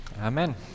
amen